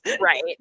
Right